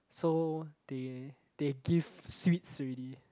so they they give sweets already